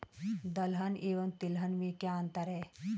दलहन एवं तिलहन में क्या अंतर है?